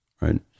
right